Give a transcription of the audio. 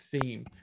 theme